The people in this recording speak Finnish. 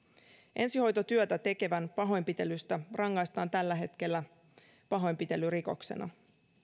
ensihoitotyötä tekevän pahoinpitelystä rangaistaan tällä hetkellä pahoinpitelyrikoksena